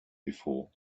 before